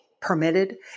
permitted